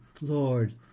Lord